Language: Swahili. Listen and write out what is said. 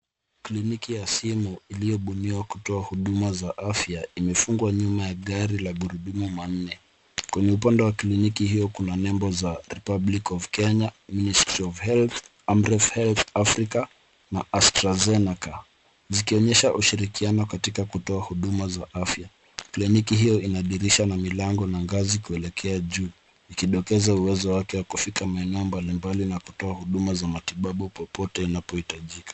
Kliniki ya simu uliobuniwa kutoa huduma za afya imefungwa ya gari la gurudumu manne. Kwenye upande wa kliniki hio kuna nebo za Republic of Kenya Ministry of Health Amref Health Africa na Astrazeneca zikionyesha usherikiano katika kutoa huduma za afya. Kliniki hio ina dirisha milango na ngazi kuelekea juu, ikidokeza uwezo wake wa kufika maeneo mbali mbali na kutoa huduma za matibabu popote inapohitajika.